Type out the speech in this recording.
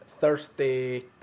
Thursday